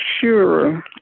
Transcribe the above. sure